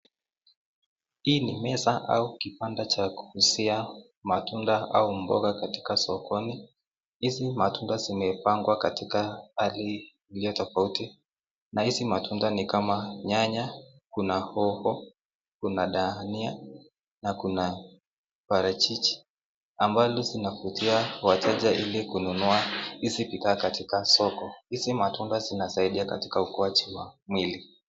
Hii ni meza au kipanda cha kuuzia mboga au matunda sokoni. Hizi matunda zimepangwa katika hali iliyotofauti na hizi matunda ni kama nyanya, kuna hoho, kuna dhania na kuna parachichi ambazo zinavutia wateja ili kunununa hizi bidhaa katika soko.